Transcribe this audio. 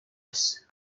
yose